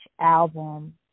album